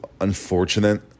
unfortunate